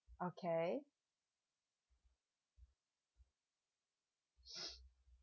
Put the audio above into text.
okay